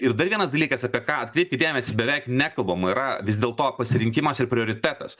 ir dar vienas dalykas apie ką atkreipkit dėmesį beveik nekalbama yra vis dėlto pasirinkimas ir prioritetas